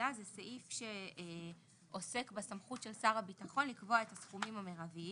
סעיף שעוסק בסמכות של שר הביטחון לקבוע את הסכומים המרביים.: